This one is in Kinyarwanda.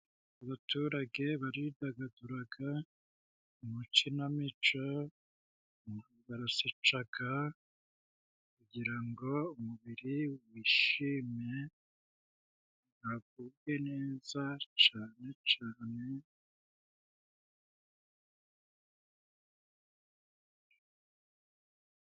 Abaturage baridagaduraga, mu makinamico barasetsaga kugira ngo umubiri wishime bagubwe neza cane cane.